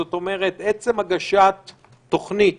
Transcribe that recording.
זאת אומרת שעצם הגשת תוכנית,